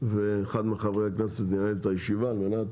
ואחד מחברי הכנסת ינהל את הישיבה על מנת